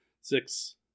six